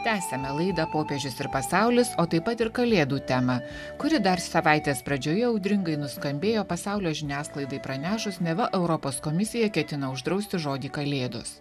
tęsiame laidą popiežius ir pasaulis o taip pat ir kalėdų temą kuri dar savaitės pradžioje audringai nuskambėjo pasaulio žiniasklaidai pranešus neva europos komisija ketina uždrausti žodį kalėdos